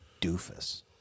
doofus